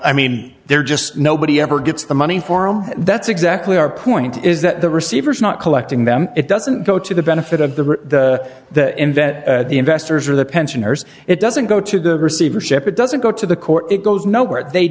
i mean they're just nobody ever gets the money for him that's exactly our point is that the receiver is not collecting them it doesn't go to the benefit of the the invent the investors or the pensioners it doesn't go to the receivership it doesn't go to the court it goes nowhere they